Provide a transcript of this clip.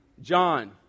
John